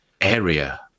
area